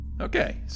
Okay